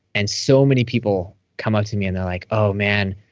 and so many people come up to me, and they're like, oh, man.